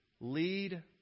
lead